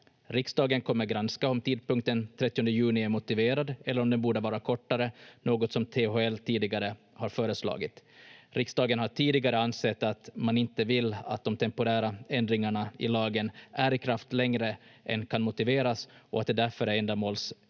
Riksdagen kommer granska om tidpunkten 30 juni är motiverad eller om den borde vara kortare — något som THL tidigare har föreslagit. Riksdagen har tidigare ansett att man inte vill att de temporära ändringarna i lagen är i kraft längre än kan motiveras, och att det därför är ändamålsenligt